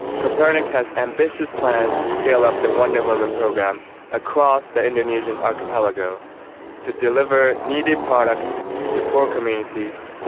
kopernik has ambitious plans to scale up the wonder woman program across the indonesian archipelago to deliver needed products to poor communities,